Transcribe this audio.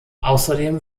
außerdem